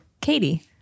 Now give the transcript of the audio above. Katie